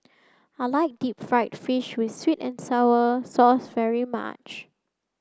I like deep fried fish with sweet and sour sauce very much